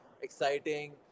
exciting